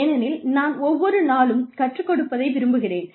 ஏனெனில் நான் ஒவ்வொரு நாளும் கற்றுக் கொடுப்பதை விரும்புகிறேன்